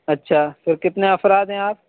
اچھا پھر کتنے افراد ہیں آپ